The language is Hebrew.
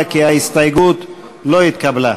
ההסתייגות של קבוצת סיעת מרצ לפני סעיף 1 לא נתקבלה.